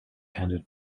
handed